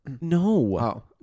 No